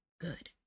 Good